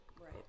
right